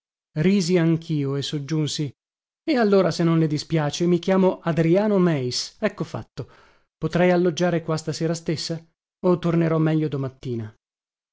risi anchio e soggiunsi e allora se non le dispiace mi chiamo adriano meis ecco fatto potrei alloggiare qua stasera stessa o tornerò meglio domattina